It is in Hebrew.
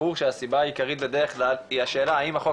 ברור שהסיבה העיקרית בדרך כלל היא השאלה אם החוק